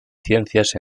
ciencias